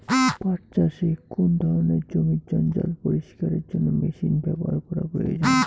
পাট চাষে কোন ধরনের জমির জঞ্জাল পরিষ্কারের জন্য মেশিন ব্যবহার করা প্রয়োজন?